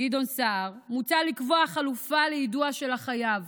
גדעון סער, מוצע לקבוע חלופה ליידוע של החייב